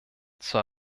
zur